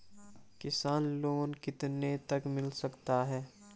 किसान लोंन कितने तक मिल सकता है?